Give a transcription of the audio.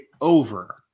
over